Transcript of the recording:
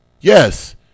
Yes